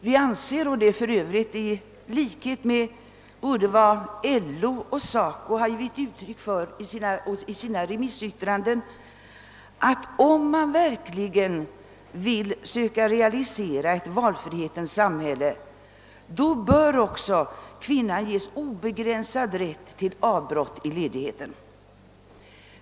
Vi anser — för övrigt i likhet med vad både LO och SACO givit uttryck för i sina remissyttranden — att om man verkligen vill försöka realisera ett valfrihetens samhälle bör åt kvinnan också ges obegränsad rätt till avbrott i ledigheten.